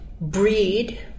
breed